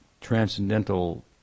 transcendental